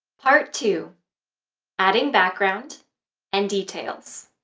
part two adding background and details.